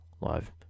live